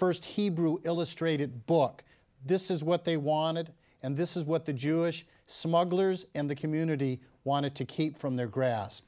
first hebrew illustrated book this is what they wanted and this is what the jewish smugglers in the community wanted to keep from their grasp